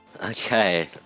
Okay